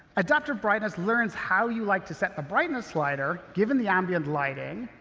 adaptive brightness learns how you like to set the brightness slider, given the ambient lighting,